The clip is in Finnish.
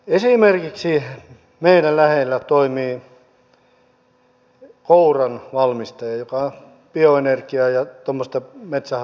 esimerkiksi meidän lähellä toimii kouran valmistaja joka bioenergiaa ja tuommoista metsähakkeeseen sopivaa puuta käsittelee